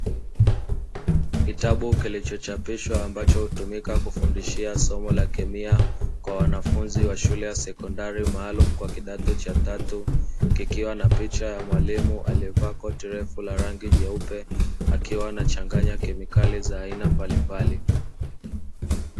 Kitabu kilichochapishwa ambacho hutumika kufundishia somo la kemia kwa wanafunzi wa shule ya sekondari maalumu wa kidato cha tatu, kikiwa na picha ya mwalimu aliyevaa koti lefu la rangi nyeupe akiwa anachanganya kemikali za aina mbalimbali.